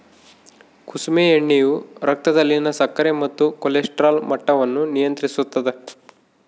ಕುಸುಮೆ ಎಣ್ಣೆಯು ರಕ್ತದಲ್ಲಿನ ಸಕ್ಕರೆ ಮತ್ತು ಕೊಲೆಸ್ಟ್ರಾಲ್ ಮಟ್ಟವನ್ನು ನಿಯಂತ್ರಿಸುತ್ತದ